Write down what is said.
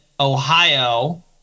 Ohio